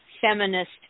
feminist